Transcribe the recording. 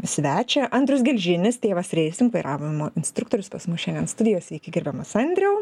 svečią andrius gelžinis tėvas racing vairavimo instruktorius pas mus šiandien studijoj sveiki gerbiamas andriau